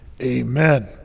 amen